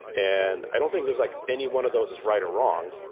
and i don't think there's like any one of those is right or wrong.